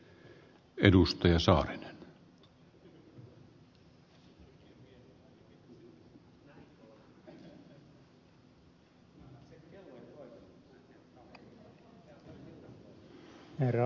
herra puhemies